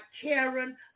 Karen